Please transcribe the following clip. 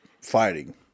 fighting